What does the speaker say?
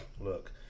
look